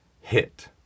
Hit